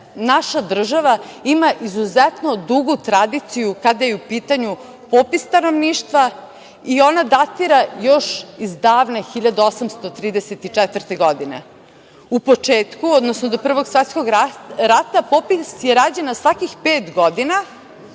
naša država ima izuzetno dugu tradiciju kada je u pitanju popis stanovništva i ona datira još iz davne 1834. godine. U početku, odnosno do Prvog Svetskog rata popis je rađen na svakih pet godina,